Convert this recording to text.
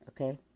okay